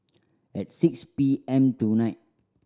at six P M tonight